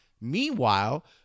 Meanwhile